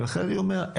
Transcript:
ולכן אני אומר,